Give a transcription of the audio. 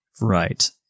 right